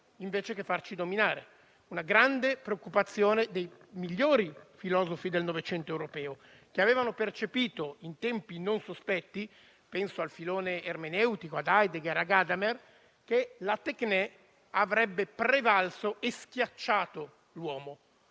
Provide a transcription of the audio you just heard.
invece che farcene dominare. È questa una grande preoccupazione dei migliori filosofi del Novecento europeo, che avevano percepito in tempi non sospetti (penso al filone ermeneutico, ad Heidegger e Gadamer) che la *téchne* avrebbe prevalso e schiacciato l'uomo.